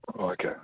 Okay